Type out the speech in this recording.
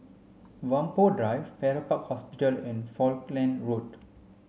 Whampoa Drive Farrer Park Hospital and Falkland Road